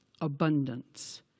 abundance